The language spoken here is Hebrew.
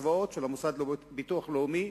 בקצבאות של המוסד לביטוח לאומי,